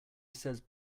says